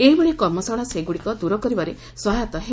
ଏହିଭଳି କର୍ମଶାଳା ସେଗୁଡ଼ିକ ଦୂର କରିବାରେ ସହାୟତା ହେବ